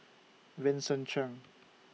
Vincent Cheng